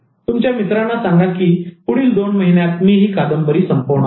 तुमच्या मित्रांना सांगा की पुढील दोन महिन्यात मी ही कादंबरी संपवणार आहे